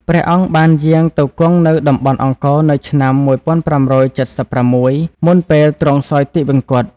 ព្រះអង្គបានយាងទៅគង់នៅតំបន់អង្គរនៅឆ្នាំ ១៥៧៦ មុនពេលទ្រង់សោយទិវង្គត។